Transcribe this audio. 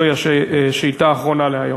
זוהי השאילתה האחרונה להיום.